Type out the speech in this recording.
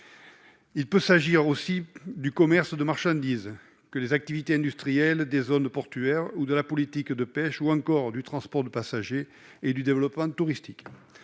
Il peut s'agir aussi bien du commerce de marchandises, des activités industrielles dans les zones portuaires ou de la politique de pêche que du transport de passagers et du développement touristique.